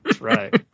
Right